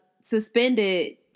suspended